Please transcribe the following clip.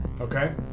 Okay